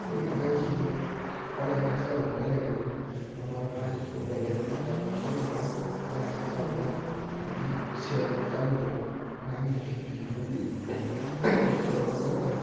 ꯑꯗꯒꯤ ꯑꯉꯥꯡꯁꯤꯡꯗꯣ online class ꯇꯧꯔꯒ ꯂꯩꯔꯕꯅꯤꯅ ꯃꯃꯥ ꯃꯄꯥꯗꯁꯨ ꯀꯣꯝꯖꯔꯦ ꯃꯇꯝꯁꯨ ꯆꯪꯗ꯭ꯔꯦ ꯑꯣꯟꯂꯥꯏꯟ ꯀ꯭ꯂꯥꯁ ꯇꯧꯕꯅꯤꯅ ꯑꯗꯒꯤ ꯁꯦꯟꯁꯨ ꯆꯪꯗ꯭ꯔꯦ ꯑꯉꯥꯡꯒꯤ ꯇꯨꯏꯁꯟ ꯐꯤ ꯄꯤꯕꯒꯤ ꯁꯦꯜꯁꯨ ꯆꯪꯗ꯭ꯔꯦ